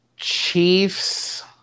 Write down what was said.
Chiefs